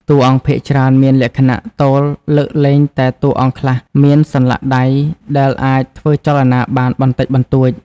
តួអង្គភាគច្រើនមានលក្ខណៈ ទោលលើកលែងតែតួអង្គខ្លះមានសន្លាក់ដៃដែលអាចធ្វើចលនាបានបន្តិចបន្តួច។